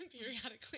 periodically